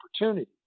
opportunity